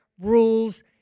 rules